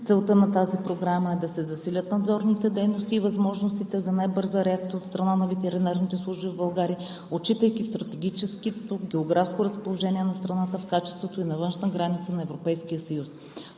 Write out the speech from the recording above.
Целта на тази програма е да се засилят надзорните дейности и възможностите за най-бърза реакция от страна на ветеринарните служби в България, отчитайки стратегическото географско разположение на страната в качеството ѝ на външна граница на Европейския съюз.